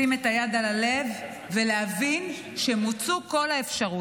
לשים את היד על הלב ולהבין שמוצו כל האפשרויות.